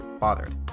bothered